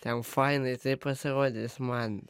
ten fainai taip pasirodė jis man